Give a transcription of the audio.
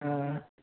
অঁ